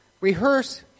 Rehearse